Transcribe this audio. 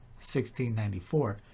1694